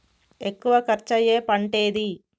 ఎక్కువ ఖర్చు అయ్యే పంటేది?